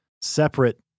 separate